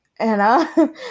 Anna